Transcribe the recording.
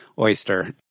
oyster